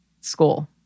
school